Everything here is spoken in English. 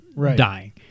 dying